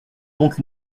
donc